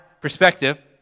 perspective